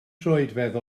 troedfedd